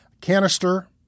canister